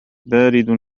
بارد